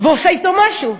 ועושה אתו משהו.